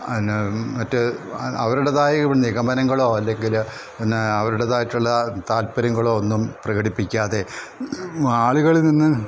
എന്ന മറ്റ് അവരുടേതായ നിഗമനങ്ങളോ അല്ലെങ്കിൽ എന്നാ അവരുടേത് ആയിട്ടുള്ള താല്പര്യങ്ങളോ ഒന്നും പ്രകടിപ്പിക്കാതെ ആളുകളിൽ നിന്ന്